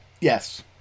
Yes